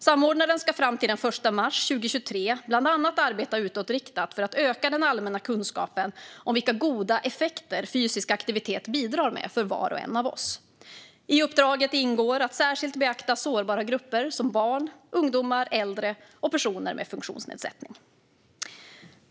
Samordnaren ska fram till den 1 mars 2023 bland annat arbeta utåtriktat för att öka den allmänna kunskapen om vilka goda effekter fysisk aktivitet bidrar med för var och en av oss. I uppdraget ingår att särskilt beakta sårbara grupper som barn, ungdomar, äldre och personer med funktionsnedsättning.